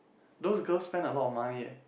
those girls spend a lot of money eh